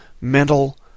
mental